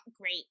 great